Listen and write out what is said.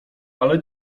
ale